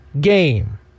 game